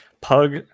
Pug